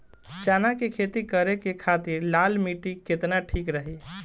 चना के खेती करे के खातिर लाल मिट्टी केतना ठीक रही?